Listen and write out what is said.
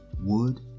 wood